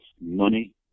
money